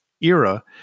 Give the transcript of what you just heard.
era